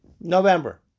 November